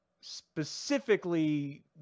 Specifically